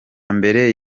mbere